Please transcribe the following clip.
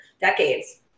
decades